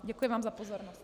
Děkuji vám za pozornost.